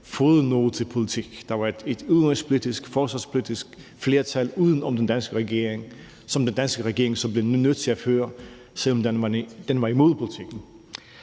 den såkaldte fodnotepolitik. Der var et udenrigspolitisk, forsvarspolitisk flertal uden om den danske regering, så den danske regering blev nødt til at føre en politik, selv om den var imod politikken.